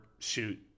Shoot